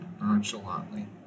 nonchalantly